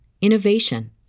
innovation